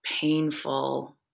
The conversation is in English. painful